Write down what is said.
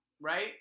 right